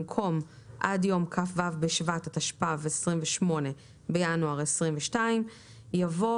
במקום "עד יום כ"ו בשבט התשפ"ב (28 בינואר 2022)" יבוא